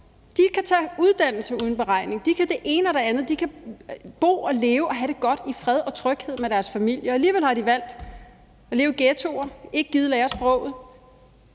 De kan tage uddannelse uden beregning, de kan det ene og det andet, de kan bo og leve og have det godt i fred og tryghed med deres familier, og alligevel har de valgt at leve i ghettoer og ikke gide lære sproget.